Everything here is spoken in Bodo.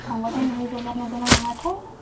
थांबाथाय नुहैजोबनाय नंगौ ना नङाथाय